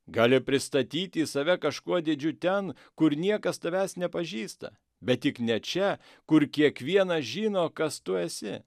gali pristatyti save kažkuo didžiu ten kur niekas tavęs nepažįsta bet tik ne čia kur kiekvienas žino kas tu esi